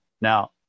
Now